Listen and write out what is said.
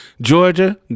georgia